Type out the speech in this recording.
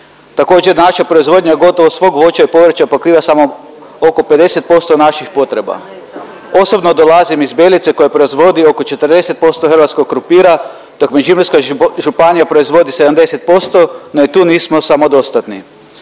Također naša proizvodnja je gotovo svog voća i povrća pokriva samo oko 50% naših potreba. Osobno dolazim iz Belice koja proizvodi oko 40% hrvatskog krumpira dok Međimurska županija proizvodi 70% no i tu nismo samodostatni.